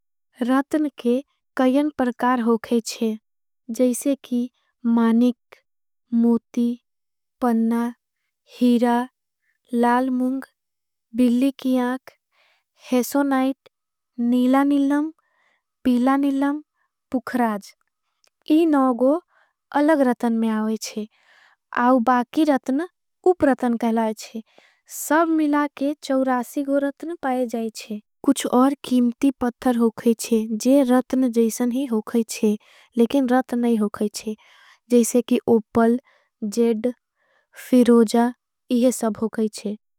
रतन के कईन परकार हो कहेंचे जैसे की मानिक मोती पन्ना। हीरा लाल मुंग बिल्ली की आंक हेसो नाइट नीला निलम पीला। निलम पुखराज इन नौगो अलग रतन में आवेंचे आव बाकी रतन। उप रतन कहलाईचे सब मिलाके गो रतन पाये जाईचे कुछ और। कीम्टी पत्थर होखेंचे जै रतन जैसन ही होखेंचे लेकिन रतन नहीं। होखेंचे जैसे की ओपल, जेड, फिरोजा, इहे सब होखेंचे।